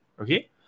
okay